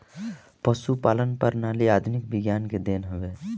पशुपालन प्रणाली आधुनिक विज्ञान के देन हवे